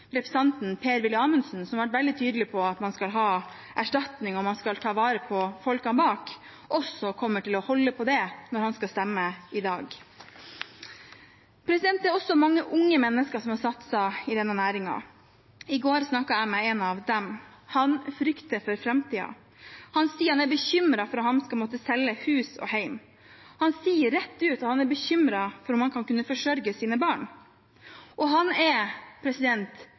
representanten Per-Willy Amundsen, som har vært veldig tydelig på at man skal ha erstatning, og at man skal ta vare på folkene bak, kommer til å holde på det når han skal stemme i dag. Det er også mange unge mennesker som har satset i denne næringen. I går snakket jeg med en av dem. Han frykter for framtiden. Han sier han er bekymret for at han skal måtte selge hus og hjem – han sier rett ut at han er bekymret for om han vil kunne forsørge sine barn, og han er